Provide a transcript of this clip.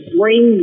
bring